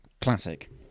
Classic